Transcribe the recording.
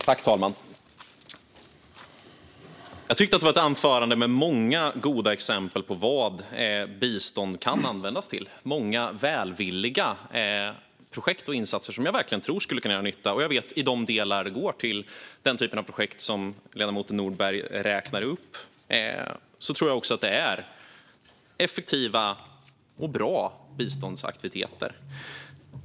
Herr talman! Jag tycker att detta var ett anförande med många goda exempel på vad bistånd kan användas till - många välvilliga projekt och insatser som jag verkligen tror skulle kunna göra nytta. De delar som går till den typ av projekt som ledamoten Nordberg räknar upp tror jag är effektiva och bra biståndsaktiviteter.